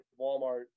Walmart